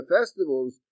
festivals